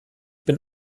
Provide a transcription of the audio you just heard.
bin